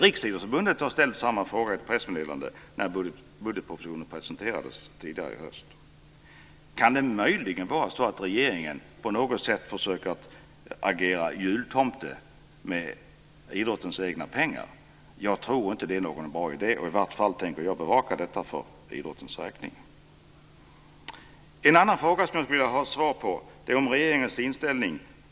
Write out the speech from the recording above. Riksidrottsförbundet har ställt samma fråga i ett pressmeddelande när budgetpropositionen presenterades tidigare i höst. Kan det möjligen vara så att regeringen på något sätt försöker agera jultomte med idrottens egna pengar? Jag tror inte att det är någon bra idé. Jag tänker i varje fall bevaka detta för idrottens räkning. En annan fråga som jag skulle vilja ha svar på gäller regeringens inställning.